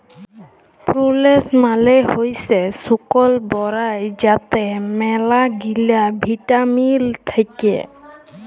প্রুলেস মালে হইসে শুকল বরাই যাতে ম্যালাগিলা ভিটামিল থাক্যে